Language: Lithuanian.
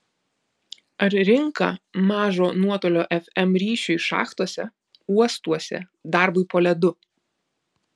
ar rinka mažo nuotolio fm ryšiui šachtose uostuose darbui po ledu